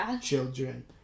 children